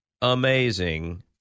amazing –